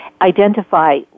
Identify